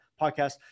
podcast